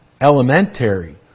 elementary